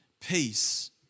Peace